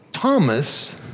Thomas